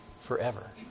forever